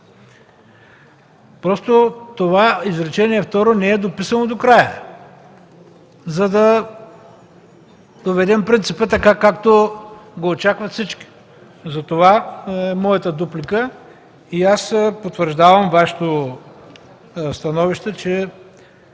Просто изречение второ не е дописано до края, за да проведем принципа така, както го очакват всички. Затова е моята дуплика и аз потвърждавам Вашето становище, че